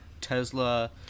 Tesla